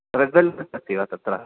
red velvet अस्ति वा तत्र